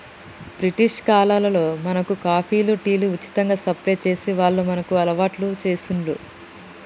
British కాలంలో మనకు కాఫీలు, టీలు ఉచితంగా సప్లై చేసి వాళ్లు మనకు అలవాటు చేశిండ్లు